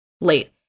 late